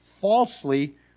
falsely